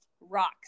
rocks